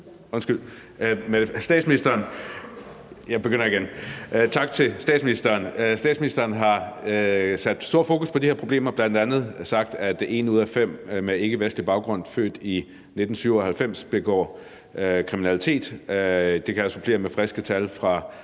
Statsministeren har sat stor fokus på det her problem og bl.a. sagt, at en ud af fem med ikkevestlig baggrund født i 1997 begår kriminalitet. Det kan jeg supplere med friske tal fra